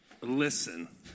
Listen